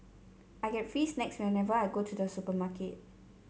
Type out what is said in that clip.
I get free snacks whenever I go to the supermarket